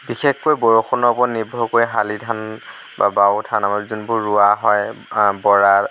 বিশেষকৈ বৰষুণৰ ওপৰত নিৰ্ভৰ কৰি শালি ধান বা বাও ধান আমাৰ যিবোৰ ৰোৱা হয় বৰা